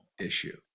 issue